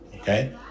Okay